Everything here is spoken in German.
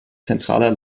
zentraler